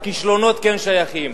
הכישלונות כן שייכים.